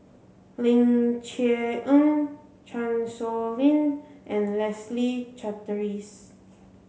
Ling Cher Eng Chan Sow Lin and Leslie Charteris